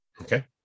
Okay